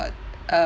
uh uh